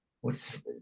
what's-